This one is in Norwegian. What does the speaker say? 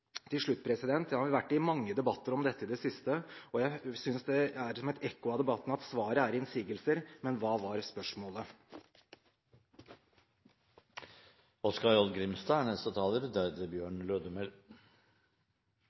Til slutt: Jeg har vært i mange debatter om dette i det siste. Jeg synes det er som et ekko av debatten at svaret er innsigelser – men hva var spørsmålet?